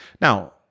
Now